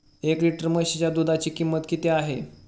एक लिटर म्हशीच्या दुधाची किंमत किती आहे?